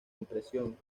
impresión